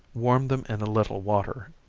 warm them in a little water.